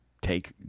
take